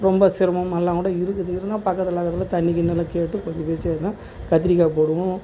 ரொம்ப சிரமமாகல்லாம் கூட இருக்குது இருந்தாலும் பக்கத்தில் அக்கத்தில் தண்ணி கிண்ணியெல்லாம் கேட்டு கொஞ்சம் கத்திரிக்காய் போடுவோம்